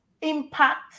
impact